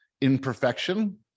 imperfection